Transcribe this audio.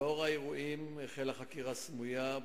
לאור האירועים החלה חקירה סמויה,